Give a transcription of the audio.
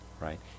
Right